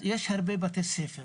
יש הרבה בתי ספר